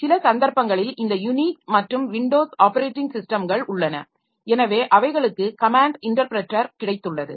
சில சந்தர்ப்பங்களில் இந்த யுனிக்ஸ் மற்றும் விண்டோஸ் ஆப்பரேட்டிங் ஸிஸ்டம்கள் உள்ளன எனவே அவைகளுக்கு கமேன்ட் இன்டர்ப்ரெட்டர் கிடைத்துள்ளது